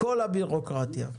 כל הבירוקרטיה.